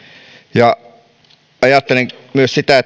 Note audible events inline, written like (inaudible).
ajattelen myös sitä (unintelligible)